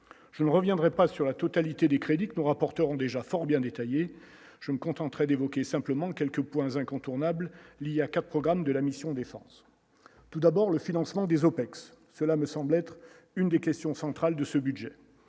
je ne reviendrai pas sur la totalité des crédits que nous remporterons déjà fort bien détaillé, je me contenterai d'évoquer simplement quelques points incontournables : il y a 4 programmes de la mission défense tout d'abord, le financement des OPEX, cela me semble être une des questions centrales de ce budget,